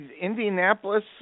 Indianapolis